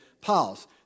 pause